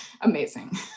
amazing